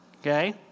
Okay